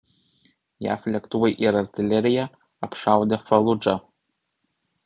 jav lėktuvai ir artilerija apšaudė faludžą